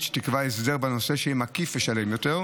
שתקבע הסדר בנושא שיהיה מקיף ושלם יותר.